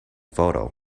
photo